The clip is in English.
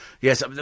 Yes